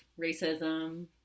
racism